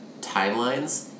timelines